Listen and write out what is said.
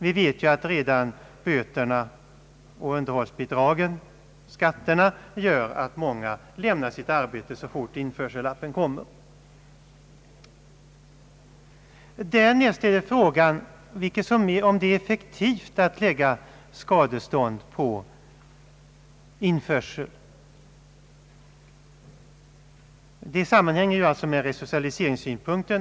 Vi vet ju att redan böter, underhållsbidrag och skatter gör att många lämnar sitt arbete så fort införsellappen kommer. Därnäst har vi frågan om det är effektivt att lägga skadestånd på införsel. Den frågan sammanhänger med frågan om resocialisering.